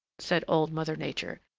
said old mother nature.